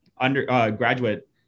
undergraduate